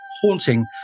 haunting